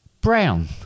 Brown